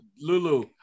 Lulu